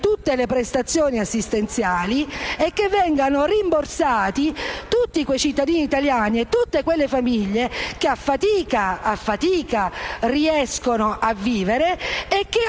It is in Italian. tutte le prestazioni assistenziali e vengano rimborsati tutti quei cittadini italiani e quelle famiglie che a fatica riescono a vivere.